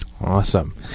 awesome